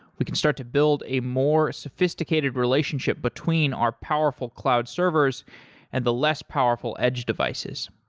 we can start to build a more sophisticated relationship between our powerful cloud servers and the less powerful edge devices.